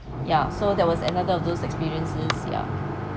ya so that was another of those experiences ya